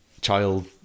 child